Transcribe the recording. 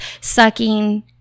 sucking